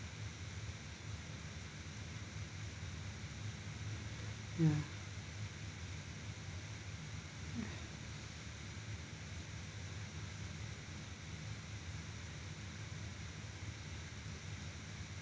ya okay